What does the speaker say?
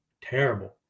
terrible